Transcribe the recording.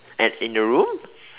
at in the room